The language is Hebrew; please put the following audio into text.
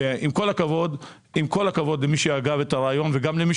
עם כל הכבוד למי שהגה את הרעיון וגם למי